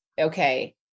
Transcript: okay